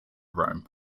rome